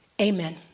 Amen